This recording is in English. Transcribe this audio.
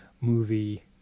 movie